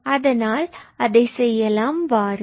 அதனால் அதை செய்யலாம் வாருங்கள்